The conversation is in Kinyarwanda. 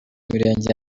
mirenge